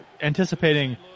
anticipating